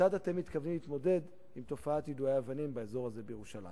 כיצד אתם מתכוונים להתמודד עם תופעת יידויי האבנים באזור הזה בירושלים.